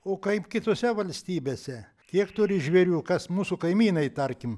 o kaip kitose valstybėse kiek turi žvėriu kas mūsų kaimynai tarkim